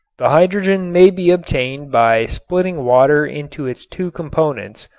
the hydrogen may be obtained by splitting water into its two components,